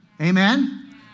Amen